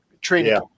training